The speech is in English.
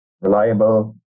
reliable